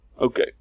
Okay